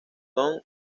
doom